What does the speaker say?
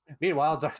Meanwhile